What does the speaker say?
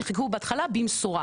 נחקקו בהתחלה במסורה,